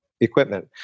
equipment